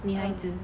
um